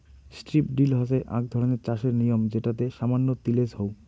strip drill হসে আক ধরণের চাষের নিয়ম যেটোতে সামান্য তিলেজ হউ